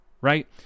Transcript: right